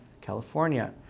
California